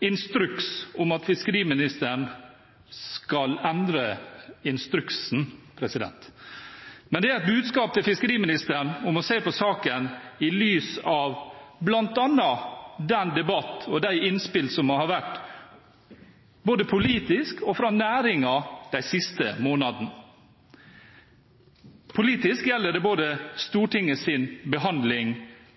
instruks om at fiskeriministeren skal endre instruksen. Men det er et budskap til fiskeriministeren om å se på saken i lys av bl.a. den debatt og de innspill som har kommet de siste månedene, både politisk og fra næringen. Politisk gjelder det både Stortingets behandling